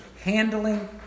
handling